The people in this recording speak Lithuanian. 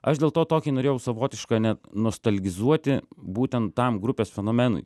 aš dėl to tokį norėjau savotišką net nostalgizuoti būtent tam grupės fenomenui